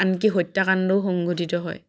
আনকি হত্যাকাণ্ডও সংঘটিত হয়